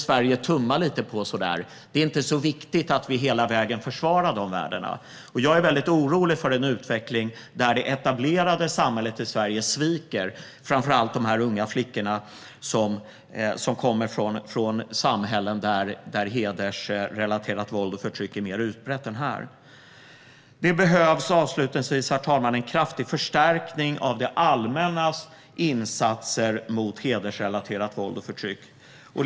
Det är inte så viktigt att vi hela vägen försvarar de värdena. Jag är väldigt orolig för den utveckling där det etablerade samhället i Sverige sviker framför allt de unga flickor som kommer från samhällen där hedersrelaterat våld och förtryck är mer utbrett än här. Avslutningsvis, herr talman, behövs en kraftig förstärkning av det allmännas insatser mot hedersrelaterat våld och förtryck.